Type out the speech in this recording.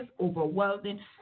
overwhelming